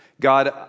God